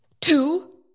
two